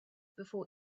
before